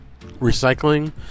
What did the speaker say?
recycling